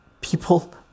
people